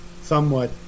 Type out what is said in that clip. somewhat